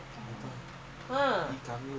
you do mistake that's why scold you correct